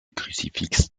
crucifix